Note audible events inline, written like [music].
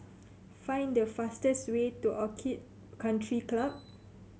find the fastest way to Orchid Country Club [noise]